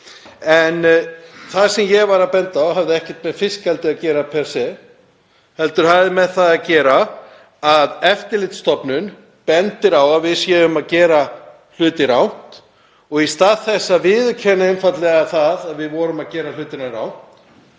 En það sem ég var að benda á hafði ekkert með fiskeldi að gera per sé heldur það að eftirlitsstofnun bendir á að við séum að gera hluti rangt og í stað þess að viðurkenna einfaldlega það að við vorum að gera hlutina rangt